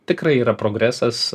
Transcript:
tikrai yra progresas